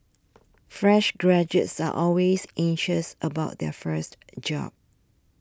fresh graduates are always anxious about their first job